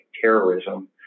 terrorism